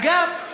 אגב,